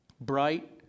bright